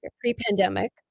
pre-pandemic